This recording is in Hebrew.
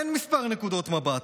אין כמה נקודות מבט,